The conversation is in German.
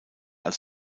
als